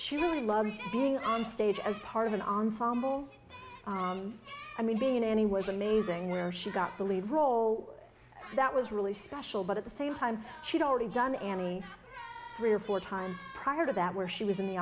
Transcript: she really loves being on stage as part of an ensemble i mean being any was amazing where she got the lead role that was really special but at the same time she'd already done and three or four times prior to that where she was in the